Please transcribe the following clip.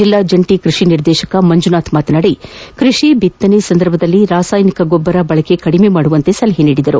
ಜಿಲ್ಲಾ ಜಂಟಿ ಕೈಷಿ ನಿರ್ದೇಶಕ ಮಂಜುನಾಥ್ ಮಾತನಾಡಿ ಕೃಷಿ ಬಿತ್ತನೆ ಸಂದರ್ಭದಲ್ಲಿ ರಾಸಾಯನಿಕ ಗೊಬ್ಬರ ಬಳಕೆ ಕಡಿಮೆ ಮಾಡುವಂತೆ ಸಲಹೆ ಮಾಡಿದ್ದಾರೆ